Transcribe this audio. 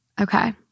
Okay